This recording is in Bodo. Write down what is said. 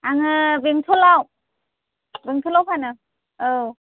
आङो बेंट'लाव बेंट'लाव फानो औ